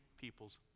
people's